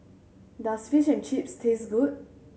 does Fish and Chips taste good